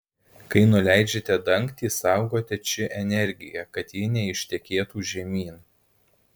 kai nuleidžiate dangtį saugote či energiją kad ji neištekėtų žemyn